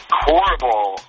horrible